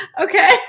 Okay